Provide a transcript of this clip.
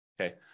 Okay